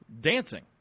dancing